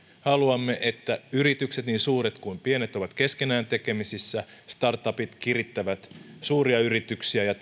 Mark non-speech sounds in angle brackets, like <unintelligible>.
haluamme että yritykset niin suuret kuin pienet ovat keskenään tekemisissä startupit kirittävät suuria yrityksiä ja <unintelligible>